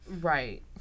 right